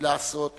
מלעשות מלאכתו.